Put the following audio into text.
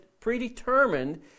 predetermined